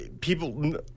people